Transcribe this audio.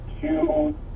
two